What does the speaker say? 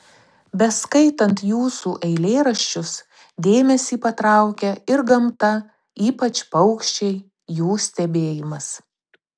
beskaitant jūsų eilėraščius dėmesį patraukia ir gamta ypač paukščiai jų stebėjimas